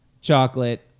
chocolate